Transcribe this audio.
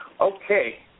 Okay